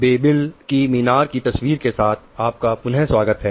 बेबिल की मीनार की तस्वीर के साथ आपका पुनः स्वागत है